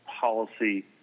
Policy